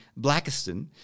Blackiston